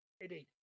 Indeed